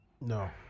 No